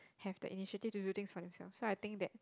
have the initiative to do things for themselves so I think that